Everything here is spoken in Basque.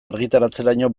argitaratzeraino